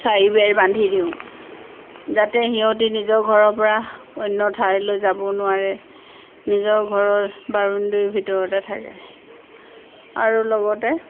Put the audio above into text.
চাৰি বেৰ বান্ধি দিওঁ যাতে সিহঁতে নিজৰ ঘৰৰ পৰা অন্য ঠাইলৈ যাব নোৱাৰে নিজৰ ঘৰৰ বাউণ্ডেৰীৰ ভিতৰতে থাকে আৰু লগতে